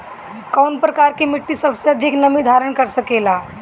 कौन प्रकार की मिट्टी सबसे अधिक नमी धारण कर सकेला?